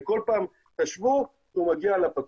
כל פעם הוא מגיע לפקיד.